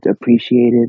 appreciated